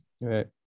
Right